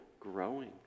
Growing